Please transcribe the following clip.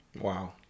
Wow